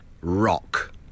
rock